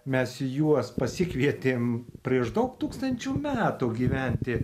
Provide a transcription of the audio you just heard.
mes juos pasikvietėme prieš daug tūkstančių metų gyventi